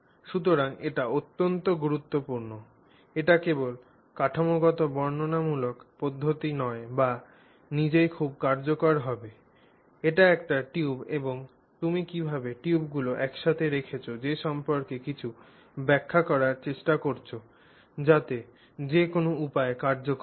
সুতরাং এটি অত্যন্ত গুরুত্বপূর্ণ এটি কেবল কাঠামোগত বর্ণনামূলক পদ্ধতি নয় যা নিজেই খুব কার্যকর হবে এটা একটি টিউব এবং তুমি কীভাবে টিউবগুলি একসাথে রেখেছ সে সম্পর্কে কিছু ব্যাখ্যা করার চেষ্টা করছ যাতে এটি যে কোনও উপায়ে কার্যকর হয়